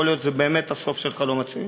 יכול להיות שזה באמת הסוף של החלום הציוני.